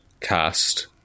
cast